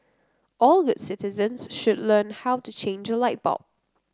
all good citizens should learn how to change a light bulb